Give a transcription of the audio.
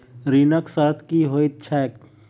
ऋणक शर्त की होइत छैक?